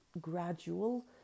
gradual